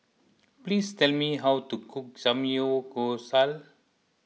please tell me how to cook Samgeyopsal